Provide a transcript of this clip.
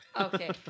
Okay